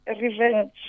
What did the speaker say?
revenge